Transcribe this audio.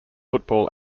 football